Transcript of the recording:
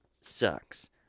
sucks